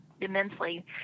immensely